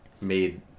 Made